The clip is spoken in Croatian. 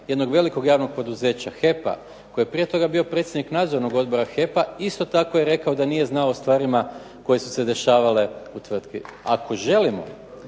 jednog velikog javnog poduzeća HEP-a koji je prije toga bio predsjednik Nadzornog odbora HEP-a, isto tako je rekao da nije znao o stvarima koje su se dešavale u tvrtki. Ako želimo